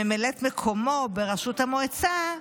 ממלאת מקומו בראשות המועצה,